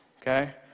okay